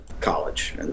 college